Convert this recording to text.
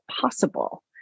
possible